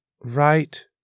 right